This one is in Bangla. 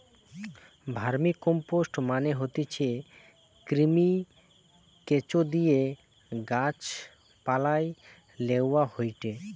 ভার্মিকম্পোস্ট মানে হতিছে কৃমি, কেঁচোদিয়ে গাছ পালায় লেওয়া হয়টে